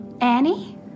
Annie